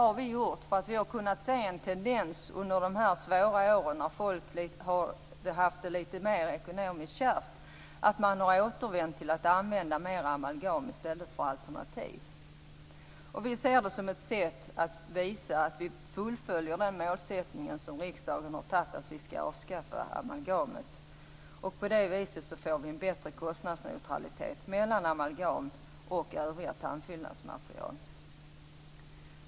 Under de här svåra åren, när folk har haft det litet mer ekonomiskt kärvt, har vi kunnat se en tendens till att man har återvänt till att använda mer amalgam i stället för alternativen. Därför har vi gjort detta. Vi ser det som ett sätt att visa att vi fullföljer den målsättning som riksdagen har gjort om att avskaffa amalgamet. På det viset får vi en bättre kostnadsneutralitet mellan amalgam och övriga tandfyllnadsmaterial.